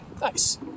nice